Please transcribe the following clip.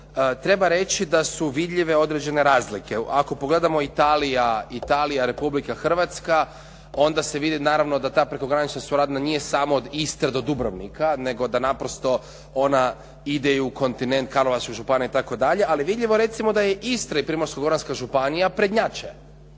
treba reći da su vidljive određene razlike. Ako pogledamo u Italija-Republika Hrvatska onda se vidi naravno da ta prekogranična suradnja nije samo od Istre do Dubrovnika, nego da naprosto ona ide i u kontinent Karlovačke županije itd. ali je vidljivo da je Istra i Primorsko-goranska županija prednjače,